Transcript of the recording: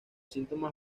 síntomas